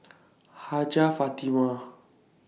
Hajjah Fatimah